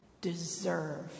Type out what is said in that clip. deserve